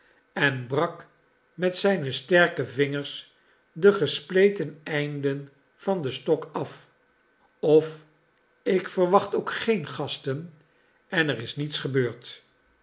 en brak met zijn sterke vingers de gespleten einden van den stok af of ik verwacht ook geen gasten en er is niets gebeurd